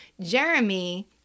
Jeremy